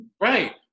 Right